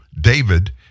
David